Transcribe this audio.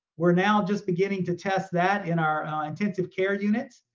we're now just beginning to test that in our intensive care units.